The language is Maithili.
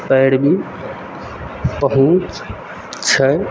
पैरबी पहुँच छै